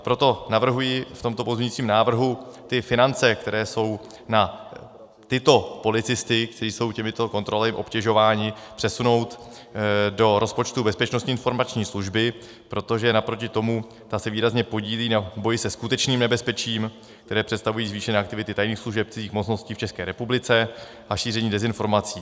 Proto navrhuji v tomto pozměňovacím návrhu, aby finance, které jsou na tyto policisty, kteří jsou těmito kontrolami obtěžováni, byly přesunuty do rozpočtu Bezpečnostní informační služby, protože naproti tomu ta se výrazně podílí na boji se skutečným nebezpečím, které představují zvýšené aktivity tajných služeb cizích mocností v České republice a šíření dezinformací.